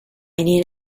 need